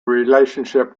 relationship